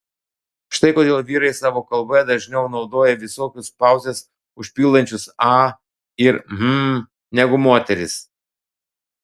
štai kodėl vyrai savo kalboje dažniau naudoja visokius pauzes užpildančius a ir hm negu moterys